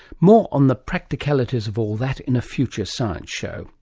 more on the practicalities of all that in a future science show